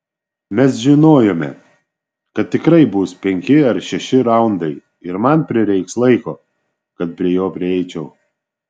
mes žinojome kad tikrai bus penki ar šeši raundai ir man prireiks laiko kad prie jo prieičiau